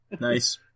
Nice